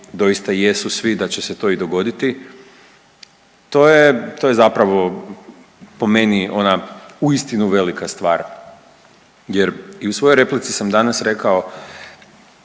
doista jesu svi da će se to i dogoditi. To je, to je zapravo po meni ona uistinu velika stvar jer i u svojoj replici sam danas rekao